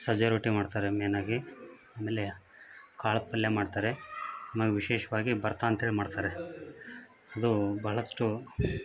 ಸಜ್ಜೆ ರೊಟ್ಟಿ ಮಾಡ್ತಾರೆ ಮೇಯ್ನಾಗಿ ಆಮೇಲೆ ಕಾಳು ಪಲ್ಯ ಮಾಡ್ತಾರೆ ನಮ್ಮಲ್ಲಿ ವಿಶೇಷವಾಗಿ ಭರ್ತಾ ಅಂತೇಳಿ ಮಾಡ್ತಾರೆ ಅದು ಭಾಳಷ್ಟು